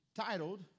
titled